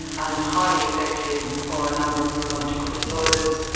ah it's highly effective for a number of neurological disorders.